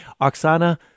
Oksana